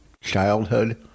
childhood